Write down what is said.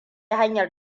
hanyar